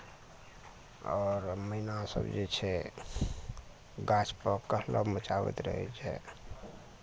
आओर मैनासभ जे छै गाछपर कलरव मचाबैत रहै छै